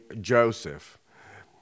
Joseph